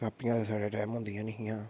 कापियां साढ़ै टैम होंदियां नेहियां